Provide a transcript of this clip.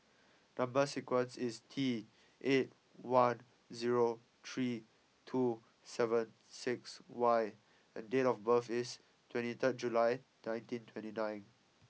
number sequence is T eight one zero three two seven six Y and date of birth is twenty third July nineteen twenty nine